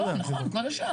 לא, נכון, כל השאר.